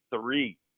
three